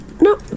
No